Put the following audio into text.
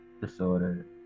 disorder